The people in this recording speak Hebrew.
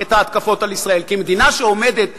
את ההתקפות על ישראל, כי מדינה שעומדת במקום,